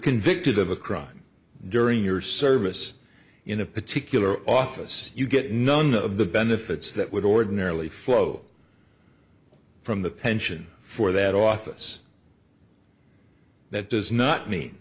convicted of a crime during your service in a particular office you get none of the benefits that would ordinarily flow from the pension for that office that does not mean